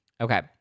okay